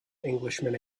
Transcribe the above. englishman